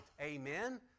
amen